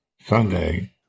Sunday